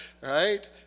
Right